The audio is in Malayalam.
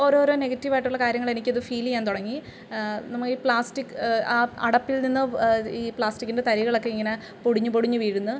ഓരോരോ നെഗറ്റീവായിട്ടുള്ള കാര്യങ്ങൾ എനിക്കത് ഫീല് ചെയ്യാൻ തുടങ്ങി നമ്മള് ഈ പ്ലാസ്റ്റിക് ആ അടപ്പിൽ നിന്ന് ഈ പ്ലാസ്റ്റിക്കിൻ്റെ തരികളൊക്കെ ഇങ്ങനെ പൊടിഞ്ഞു പൊടിഞ്ഞു വീഴുന്നു